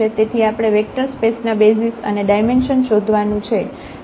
તેથી આપણે vector space ના બેસિઝ અને ડાયમેન્શન શોધવાનું છે